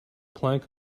plank